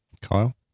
Kyle